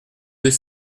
deux